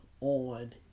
on